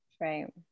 Right